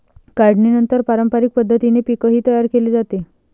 काढणीनंतर पारंपरिक पद्धतीने पीकही तयार केले जाते